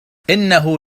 إنه